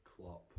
Klopp